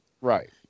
right